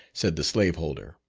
said the slaveholder.